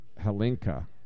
Helinka